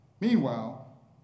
Meanwhile